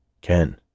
Ken